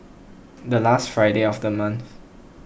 the last friday of the month